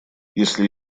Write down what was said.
если